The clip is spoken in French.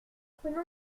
prenons